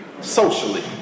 socially